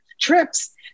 trips